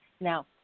Now